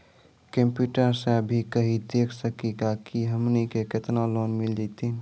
Computer सा भी कही देख सकी का की हमनी के केतना लोन मिल जैतिन?